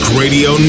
radio